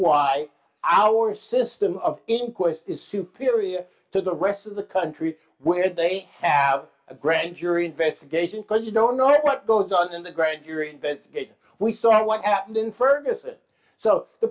why our system of inquest is superior to the rest of the country where they have a grand jury investigation because you don't know what goes on in the grand jury investigation we saw what happened in